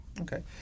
Okay